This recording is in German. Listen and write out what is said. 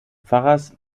pfarrers